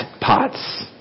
pots